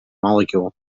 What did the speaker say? molecule